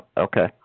okay